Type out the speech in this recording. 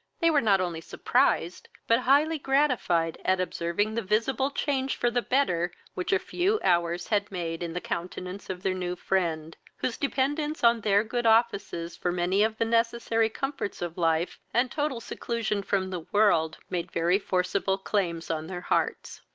they were not only surprised, but highly gratified at observing the visible change for the better which a few hours had made in the countenance of their new friend, whose dependence on their good offices, for many of the necessary comforts of life, and total seclusion from the world, made very forcible claims on their hearts.